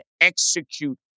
execute